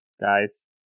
Guys